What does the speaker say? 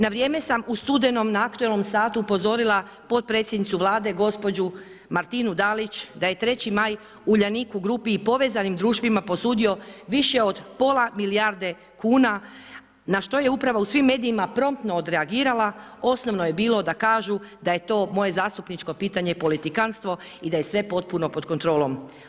Na vrijeme sam u studenom na aktualnom satu upozorila potpredsjednicu Vlade gospođu Martinu Dalić da je Treći Maj Uljanik u grupi i povezanim društvima posudio više od pola milijarde kuna na što je uprava u svim medijima promptno odreagirala, osnovno je bilo da kažu da je to moje zastupničko pitanje politikanstvo i da je sve potpuno pod kontrolom.